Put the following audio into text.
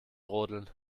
rodeln